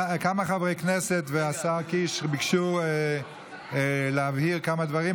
כמה חברי כנסת והשר קיש ביקשו להבהיר כמה דברים.